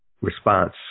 response